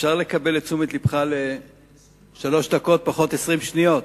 אפשר לקבל את תשומת לבך לשלוש דקות פחות 20 שניות?